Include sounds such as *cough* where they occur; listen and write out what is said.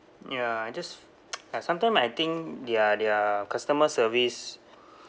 ya I just *noise* ya sometime I think their their customer service